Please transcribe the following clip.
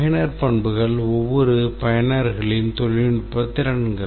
பயனர் பண்புகள் ஒவ்வொரு பயனர்களின் தொழில்நுட்ப திறன்கள்